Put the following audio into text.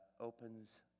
Opens